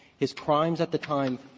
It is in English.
his crimes at the time,